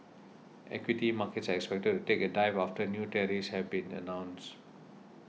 equity markets are expected to take a dive after new tariffs have been announced